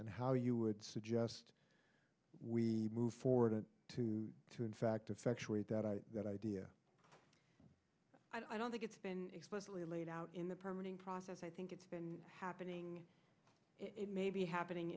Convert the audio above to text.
and how you would suggest we move forward to to in fact effectuate that idea i don't think it's been explicitly laid out in the permanent process i think it's been happening it may be happening